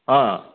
অঁ